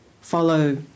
follow